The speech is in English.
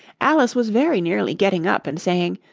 alice was very nearly getting up and saying,